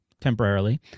temporarily